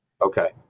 Okay